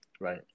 Right